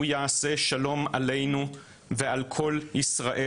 הוא יעשה שלום עלינו ועל כל ישראל.